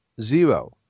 zero